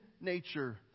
nature